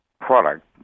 product